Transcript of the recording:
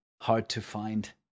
hard-to-find